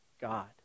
God